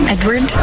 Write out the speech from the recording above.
Edward